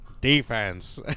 defense